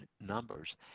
numbers